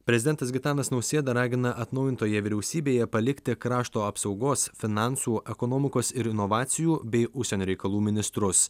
prezidentas gitanas nausėda ragina atnaujintoje vyriausybėje palikti krašto apsaugos finansų ekonomikos ir inovacijų bei užsienio reikalų ministrus